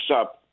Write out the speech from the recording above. up